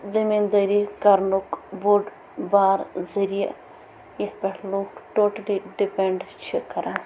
زٔمیٖندٲری کَرنُک بوٚڈ بار ذٔریعہٕ یَتھ پٮ۪ٹھ لُکھ ٹوٹٕلی ڈِپنٛڈ چھِ کران